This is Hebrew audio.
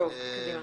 טוב, קדימה.